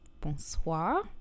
Bonsoir